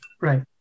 Right